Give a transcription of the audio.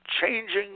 changing